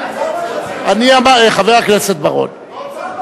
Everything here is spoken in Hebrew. חבר הכנסת בר-און,